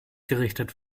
gerichtet